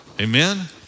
Amen